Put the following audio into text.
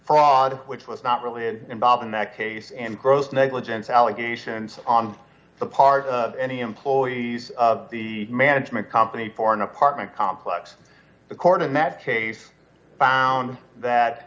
fraud which was not related involved in that case and gross negligence allegations on the part of any employees of the management company for an apartment complex the court in that case found that